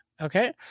Okay